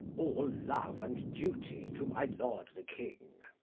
all love and duty to my lord the king!